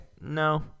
No